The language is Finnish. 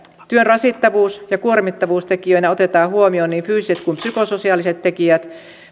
työn rasittavuus ja kuormittavuustekijöinä otetaan huomioon niin fyysiset kuin psykososiaaliset tekijät